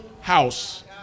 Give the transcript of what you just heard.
house